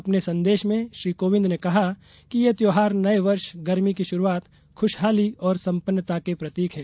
अपने संदेश में श्री कोविन्द ने कहा कि ये त्यौहार नए वर्ष गर्मी की शुरूआत खुशहाली और संपन्नंता के प्रतीक है